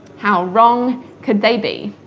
how wrong could they be?